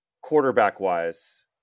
quarterback-wise